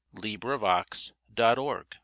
LibriVox.org